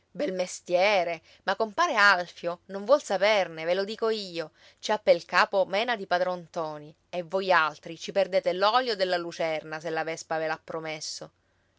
bel mestiere ma compare alfio non vuol saperne ve lo dico io ci ha pel capo mena di padron ntoni e voi altri ci perdete l'olio della lucerna se la vespa ve l'ha promesso